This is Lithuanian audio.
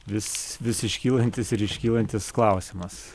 vis vis iškylantis ir iškylantis klausimas